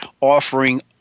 offering